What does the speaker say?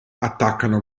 attaccano